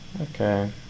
Okay